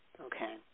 okay